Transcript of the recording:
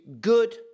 good